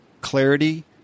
clarity